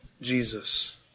Jesus